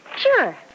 Sure